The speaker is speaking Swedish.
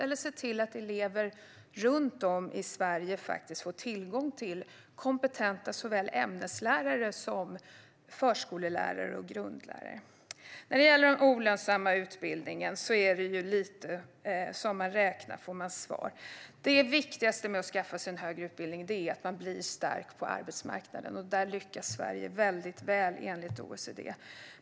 Och på vilket sätt gör det att elever runt om i Sverige faktiskt får tillgång till kompetenta såväl ämneslärare som förskollärare och grundlärare? När det gäller olönsam utbildning är det lite grann så att som man räknar får man svar. Det viktigaste med att skaffa sig en högre utbildning är att man blir stark på arbetsmarknaden. Där lyckas Sverige mycket väl, enligt OECD.